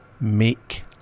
make